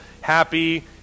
happy